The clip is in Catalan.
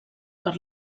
per